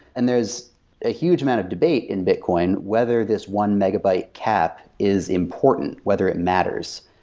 and there's a huge amount of debate in bitcoin whether this one megabyte cap is important, whether it matters.